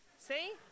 See